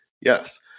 Yes